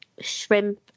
shrimp